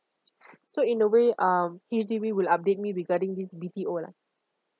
so in a way um H_D_B will update me regarding this B_T_O lah